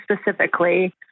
specifically